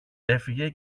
έφυγε